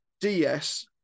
ds